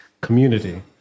community